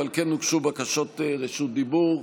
אבל כן הוגשו בקשות רשות דיבור.